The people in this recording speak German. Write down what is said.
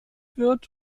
wird